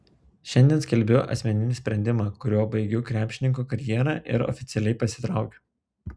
šiandien skelbiu asmeninį sprendimą kuriuo baigiu krepšininko karjerą ir oficialiai pasitraukiu